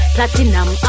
Platinum